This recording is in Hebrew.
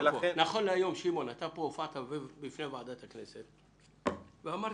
שמעון, הופעת פה בפני ועדת הכנסת ואמרת